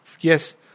Yes